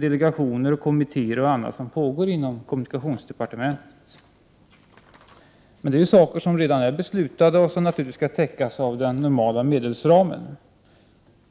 delegationer och kommittéer m.m. som arbetar inom kommunikationsdepartementet. Men detta är saker som redan är beslutade och som naturligtvis skall täckas inom den normala medelsramen.